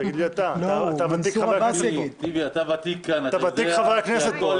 אתה ותיק חברי הכנסת פה.